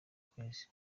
kwezi